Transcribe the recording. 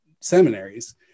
seminaries